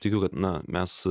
tikiu kad na mes